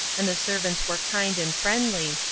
and the servants were kind and friendly,